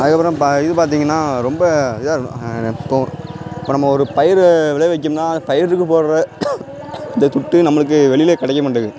அதுக்கப்புறம் இப்போ இது பார்த்திங்கன்னா ரொம்ப இதாக இருக்க போ இப்போது நம்ம ஒரு பயிரை விளைவிக்கணும்னால் பயிருக்கு போடுற இந்த துட்டு நம்மளுக்கு வெளியிலே கிடைக்க மாட்டேங்கிறது